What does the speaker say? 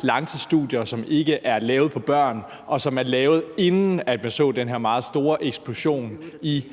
langtidsstudier, som ikke er lavet af børn, og som er lavet, inden man så den her meget store eksplosion i